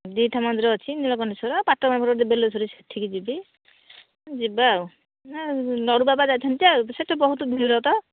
ଦୁଇ ଟା ମନ୍ଦିର ଅଛି ନିଳକଣ୍ଠେଶ୍ଵର ପାଖରେ ଅଛନ୍ତି ବେଲେଶ୍ଵର ସେଠିକି ଯିବି ଯିବା ଆଉ ଲଡ଼ୁବାବା ଯାଇଥାନ୍ତି ଯେ ସେହିଠି ବହୁତ ଭିଡ଼ ତ